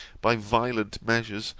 by violent measures,